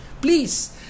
please